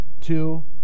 two